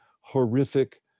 horrific